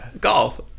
golf